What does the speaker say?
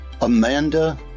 Amanda